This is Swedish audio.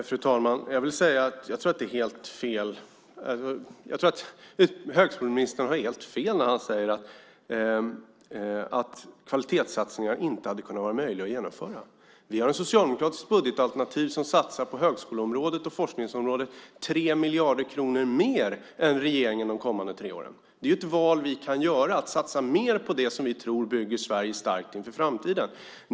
Fru talman! Jag tror att högskoleministern har helt fel när han säger att kvalitetssatsningar inte hade varit möjliga att genomföra. Vi har ett socialdemokratiskt budgetalternativ som innebär att vi satsar 3 miljarder kronor mer än regeringen på högskoleområdet och forskningsområdet under de kommande tre åren. Det är ett val som vi kan göra, att satsa mer på det som vi tror bygger Sverige starkt inför framtiden.